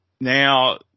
now